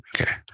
Okay